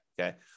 Okay